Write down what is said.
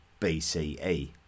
BCE